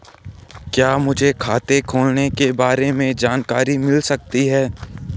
क्या मुझे खाते खोलने के बारे में जानकारी मिल सकती है?